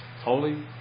holy